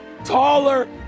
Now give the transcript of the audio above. Taller